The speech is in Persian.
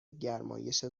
گرمایش